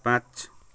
पाँच